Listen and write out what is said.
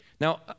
Now